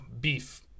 beef